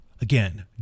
Again